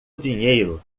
dinheiro